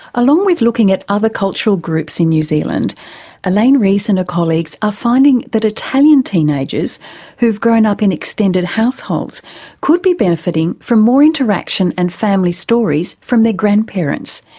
along with looking at other cultural groups in new zealand elaine reese and her colleagues are finding that italian teenagers who've grown up in extended households could be benefiting from more interaction and family stories from their grandparents,